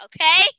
okay